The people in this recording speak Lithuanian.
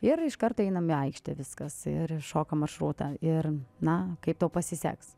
ir iš karto einam į aikštę viskas ir šokam maršrutą ir na kaip tau pasiseks